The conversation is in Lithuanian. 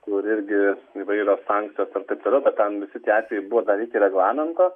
kur irgi įvairios sankcijos ir taip toliau bet ten visi tie atvejai buvo daryti reglamento